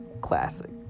classic